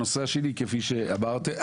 הנושא השני, כפי שאמרתי,